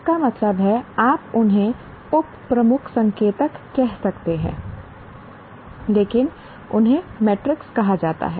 इसका मतलब है आप उन्हें उप प्रमुख संकेतक कह सकते हैं लेकिन उन्हें मैट्रिक्स कहा जाता है